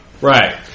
Right